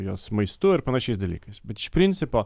jos maistu ir panašiais dalykais bet iš principo